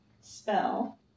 spell